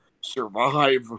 survive